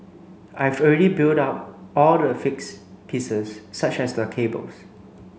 I've already built up all the fixed pieces such as the cables